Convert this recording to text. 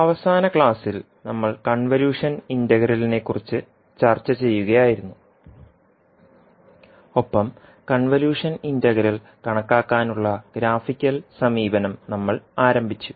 അവസാന ക്ലാസ്സിൽ നമ്മൾ കൺവല്യൂഷൻ ഇന്റഗ്രലിനെക്കുറിച്ച് ചർച്ച ചെയ്യുകയായിരുന്നു ഒപ്പം കൺവല്യൂഷൻ ഇന്റഗ്രൽ കണക്കാക്കാനുള്ള ഗ്രാഫിക്കൽ സമീപനം നമ്മൾ ആരംഭിച്ചു